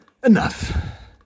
Enough